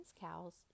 cows